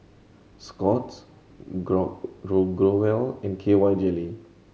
Scott's Grow Grow Growell and K Y Jelly